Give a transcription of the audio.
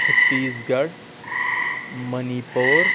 چھتیٖس گَڑھ money پوٗر